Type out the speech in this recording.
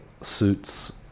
suits